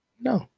No